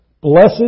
blessed